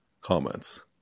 comments